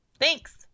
Thanks